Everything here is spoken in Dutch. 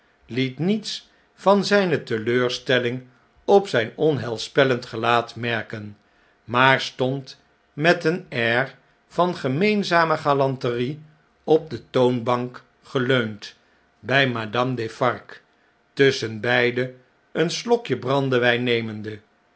liet niets van zjjne teleurstelling op zyn onheilspellend gelaat merken maar stond met een air van gemeenzame galanterie op de toonbank geleund bij madame defarge tusschenbeide een slokje brandewgn nemende